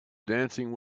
dancing